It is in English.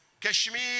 Kashmir